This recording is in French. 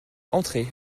entrez